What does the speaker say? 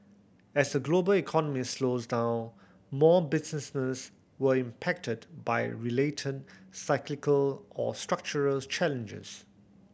as the global economy slows down more business were impacted by related cyclical or structural challenges